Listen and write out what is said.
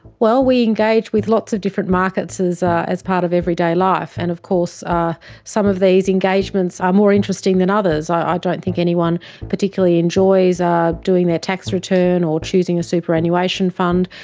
well, we engage with lots of different markets as ah as part of everyday life and of course some of these engagements are more interesting than others. i don't think anyone particularly enjoys doing their tax return or choosing a superannuation fund.